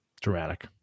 Dramatic